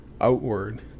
outward